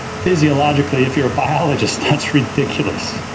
physiologically, if you're a biologist, that's ridiculous.